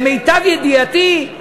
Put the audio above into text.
למיטב ידיעתי,